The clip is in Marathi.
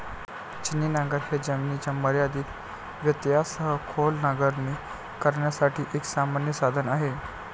छिन्नी नांगर हे जमिनीच्या मर्यादित व्यत्ययासह खोल नांगरणी करण्यासाठी एक सामान्य साधन आहे